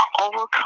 overcome